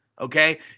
okay